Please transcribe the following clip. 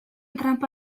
tranpa